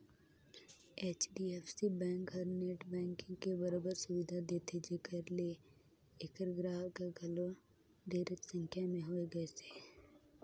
HDFC bank हर net banking के बरोबर सुबिधा देथे जेखर ले ऐखर गराहक हर घलो ढेरेच संख्या में होए गइसे